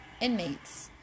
inmates